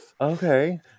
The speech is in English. okay